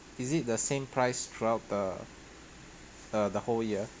is it the same price throughout the the whole year